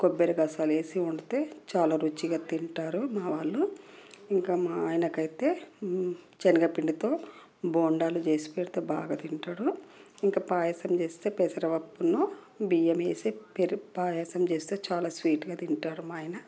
కొబ్బరి గసాలు వేసి వండితే చాలా రుచిగా తింటారు మా వాళ్ళు ఇంకా మా ఆయనకైతే శనగపిండితో బోండాలు చేసి పెడితే బాగా తింటాడు ఇంకా పాయసం చేస్తే పెసరపప్పును బియ్యం వేసి పెరుగు పాయసం చేస్తే చాలా స్వీట్గా తింటారు మా ఆయన